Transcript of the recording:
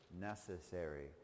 necessary